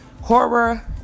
Horror